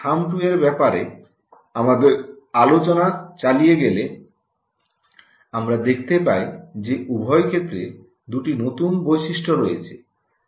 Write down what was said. thumb 2 এর ব্যাপারে আমাদের আলোচনা চালিয়ে গেলে আমরা দেখতে পাই যে উভয় ক্ষেত্রে দুটি নতুন বৈশিষ্ট্য রয়েছে